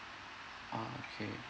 ah okay